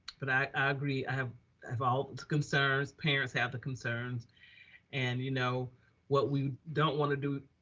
but i agree. i have have ah concerns. parents have the concerns and you know what we don't wanna do.